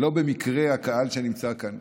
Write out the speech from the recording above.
לא במקרה הקהל שנמצא כאן